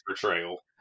portrayal